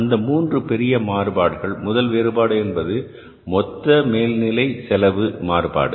அது மூன்று பெரிய மாறுபாடுகள் முதல் மாறுபாடு என்பது மொத்த மேல்நிலை செலவு மாறுபாடு